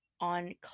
on